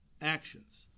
Actions